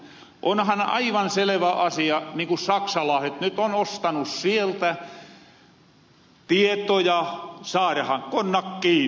onhan aivan selevä asia niin kun saksaalaaset nyt on ostanu sieltä tietoja saarahan konnat kiinni